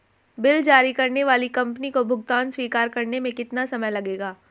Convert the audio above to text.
Bill जारी करने वाली कंपनी को भुगतान स्वीकार करने में कितना समय लगेगा?